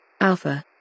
Alpha